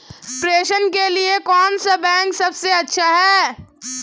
प्रेषण के लिए कौन सा बैंक सबसे अच्छा है?